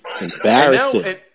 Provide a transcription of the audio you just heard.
Embarrassing